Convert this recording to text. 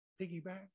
Piggyback